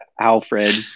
Alfred